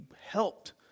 helped